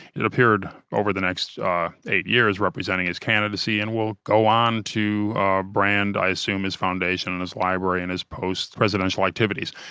it appeared over the next eight years representing his candidacy and will go on to brand, i assume, his foundation and his library and his post-presidential activities.